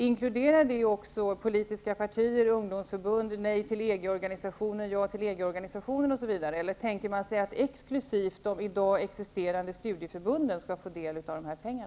Inkluderar det också politiska partier, ungdomsförbund, organisationer osv., eller tänker man sig att de i dag existerande studieförbunden exklusivt skall få del av dessa pengar?